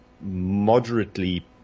moderately